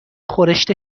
خورشت